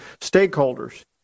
stakeholders